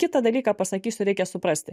kitą dalyką pasakysiu reikia suprasti